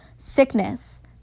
sickness